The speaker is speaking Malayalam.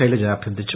ശൈലജ അഭ്യർത്ഥിച്ചു